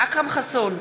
אכרם חסון,